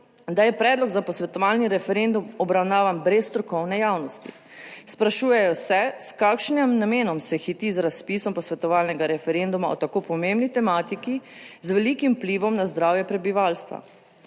da je predlog za posvetovalni referendum obravnavan brez strokovne javnosti, sprašujejo se, s kakšnim namenom se hiti z razpisom posvetovalnega referenduma o tako pomembni tematiki z velikim vplivom na zdravje prebivalstva.